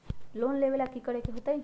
Loan लेवेला की करेके होतई?